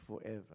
forever